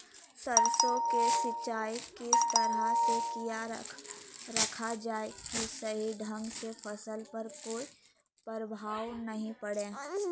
सरसों के सिंचाई किस तरह से किया रखा जाए कि सही ढंग से फसल पर कोई प्रभाव नहीं पड़े?